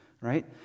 right